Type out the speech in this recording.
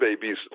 babies